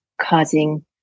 causing